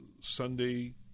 Sunday